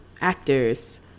Actors